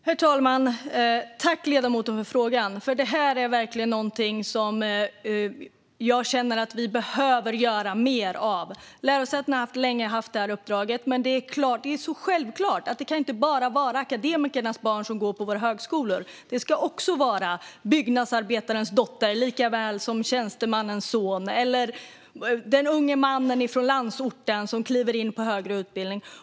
Herr talman! Tack, ledamoten, för frågan! Detta är verkligen någonting som jag känner att vi behöver göra mer av. Lärosätena har länge haft det här uppdraget. Det är så självklart att det inte bara kan vara akademikernas barn som går på våra högskolor. Det ska också vara byggnadsarbetarens dotter likaväl som tjänstemannens son eller den unge mannen från landsorten som kliver in på högre utbildning.